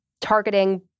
targeting